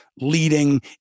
leading